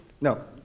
No